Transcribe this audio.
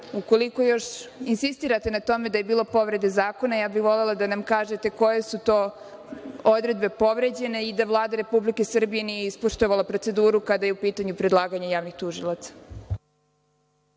istaknu. Ukoliko još insistirate na tome da je bilo povrede zakona, ja bih volela da nam kažete koje su to odredbe povređene i da Vlada Republike Srbije nije ispoštovala proceduru kada je u pitanju predlaganje javnih tužilaca.